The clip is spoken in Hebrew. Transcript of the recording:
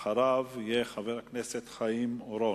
אחריו, חבר הכנסת חיים אורון.